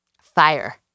fire